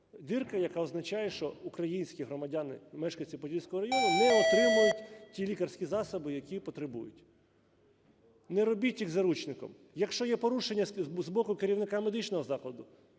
Дірка, яка означає, що українські громадяни, мешканці Подільського району, не отримають ті лікарські засоби, які потребують. Не робіть їх заручником. Якщо є порушення з боку керівника медичного закладу,